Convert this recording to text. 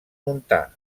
montà